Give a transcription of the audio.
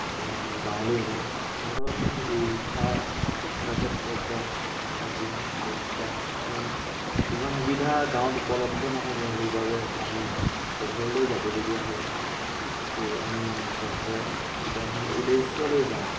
এনেকৈ মই গাঁৱলৈ যাওঁ চহৰত মানে কি শিক্ষা শিক্ষাৰ ক্ষেত্ৰত যাওঁ বেংকিং ব্যৱস্থা কিছুমান কিছুমান সুবিধা গাঁৱত উপলব্ধ নাথাকে সেইবাবে আমি চহৰলৈ যাবলগীয়া হয় ছ' আমি চহৰত তেনেকুৱাসমূহ উদ্দেশ্য লৈ যাওঁ